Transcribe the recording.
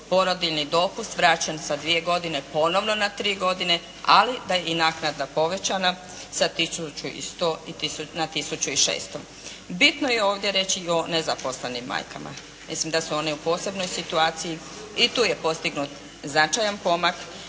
porodiljni dopust vraćen sa dvije godine ponovno na tri godine ali da je i naknada povećana sa 1100 na 1600. Bitno je ovdje reći i o nezaposlenim majkama. Mislim da su oni u posebnoj situaciji. I tu je postignut značajan pomak